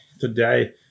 today